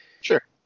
Sure